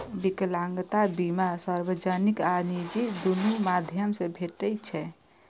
विकलांगता बीमा सार्वजनिक आ निजी, दुनू माध्यम सं भेटै छै